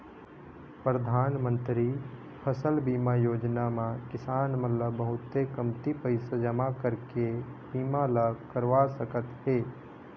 परधानमंतरी फसल बीमा योजना म किसान मन ल बहुते कमती पइसा जमा करके बीमा ल करवा सकत हे